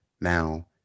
Now